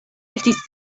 estis